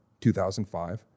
2005